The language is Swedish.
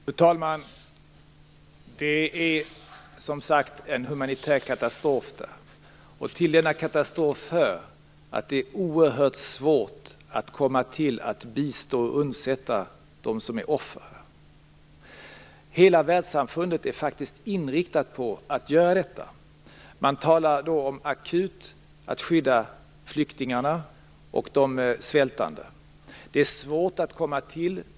Fru talman! Det är, som sagt var, en humanitär katastrof där, och till denna katastrof hör att det är oerhört svårt att komma till och kunna bistå och undsätta dem som är offer. Hela världssamfundet är inriktat på att göra detta. För det första talar man akut om att skydda flyktingarna och de svältande. Det är svårt att komma till.